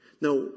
now